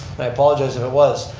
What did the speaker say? i apologize if it was.